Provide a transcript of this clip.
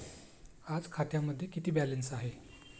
आज खात्यामध्ये किती बॅलन्स आहे?